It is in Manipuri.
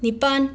ꯅꯤꯄꯥꯟ